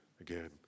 again